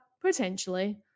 Potentially